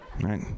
Right